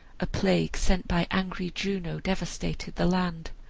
a plague sent by angry juno devastated the land.